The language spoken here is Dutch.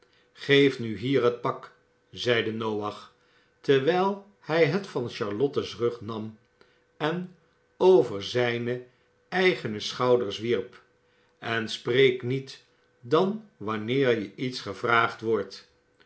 geef nu hier het pak zeide noach terwijl hij het van charlotte's schouders nam en over zijne eigene schouders wierp en spreek niet dan wanneer je iets gevraagd wordt